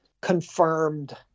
confirmed